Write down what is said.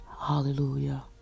Hallelujah